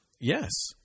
Yes